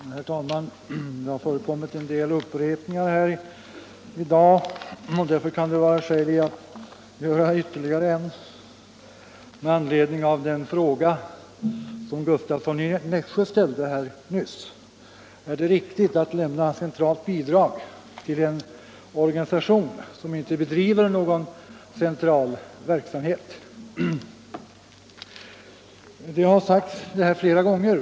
Herr talman! Det har förekommit en del upprepningar i dag, och jag vill tillåta mig att göra ytterligare en med anledning av den fråga som herr Gustavsson i Nässjö nyss ställde: Är det riktigt att lämna centralt bidrag till en organisation som inte bedriver någon central verksamhet? Detta argument har framförts flera gånger.